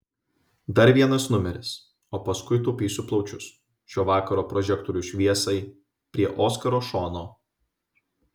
dar vienas numeris o paskui taupysiu plaučius šio vakaro prožektorių šviesai prie oskaro šono